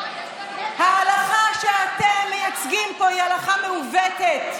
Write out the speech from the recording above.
ההלכה שאתם מייצגים פה היא הלכה מעוותת.